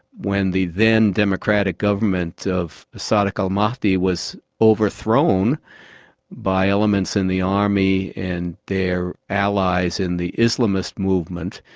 when the then democratic government of sadiq al-mahdi was overthrown by elements in the army and their allies in the islamist movement,